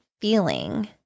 feeling